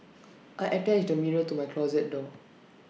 I attached A mirror to my closet door